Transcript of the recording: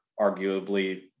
arguably